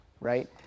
right